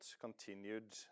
continued